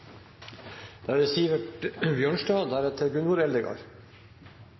Da er det